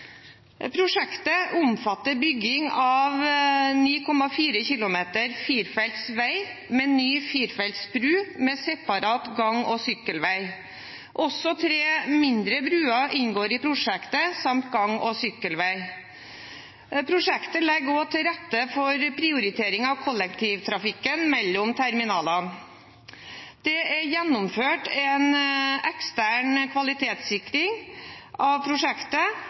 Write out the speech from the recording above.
Prosjektet omfatter bygging av 9,4 km firefelts vei, med ny firefelts bru med separat gang- og sykkelvei. Også tre mindre bruer inngår i prosjektet, samt gang- og sykkelvei. Prosjektet legger også til rette for prioritering av kollektivtrafikken mellom terminalene. Det er gjennomført en ekstern kvalitetssikring av prosjektet,